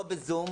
לא בזום,